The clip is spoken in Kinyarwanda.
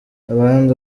abandi